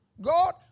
God